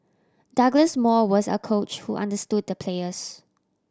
Douglas Moore was a coach who understood the players